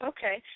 Okay